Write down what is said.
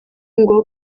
ngo